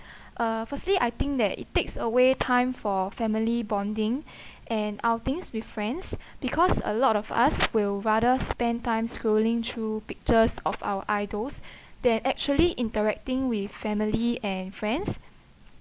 uh firstly I think that it takes away time for family bonding and outings with friends because a lot of us will rather spend time scrolling through pictures of our idols than actually interacting with family and friends